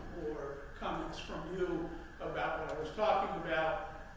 or comments from you about what i was talking about,